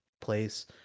place